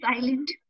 silent